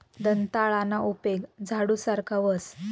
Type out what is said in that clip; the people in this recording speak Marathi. दंताळाना उपेग झाडू सारखा व्हस